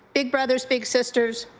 big brothers, big sisters,